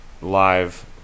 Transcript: live